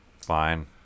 fine